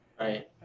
right